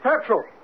petrol